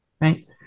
right